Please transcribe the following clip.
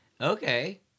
Okay